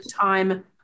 time